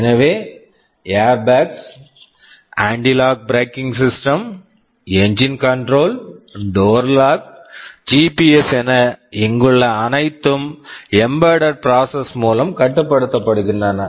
எனவே airbags airbags anti lock braking system anti lock braking systems engine control engine control door lock door lock GPS GPS என இங்குள்ள அனைத்தும் embedded processor embedded processor மூலம் கட்டுப்படுத்தப்படுகின்றன